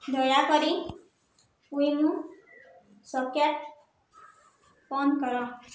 ଦୟାକରି ୱିମୋ ସକେଟ୍ ବନ୍ଦ କର